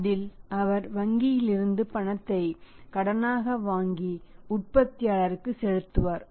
அதில் அவர் வங்கியில் இருந்து பணத்தை கடனாக வாங்கி உற்பத்தியாளருக்கு செலுத்துவார்